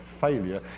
failure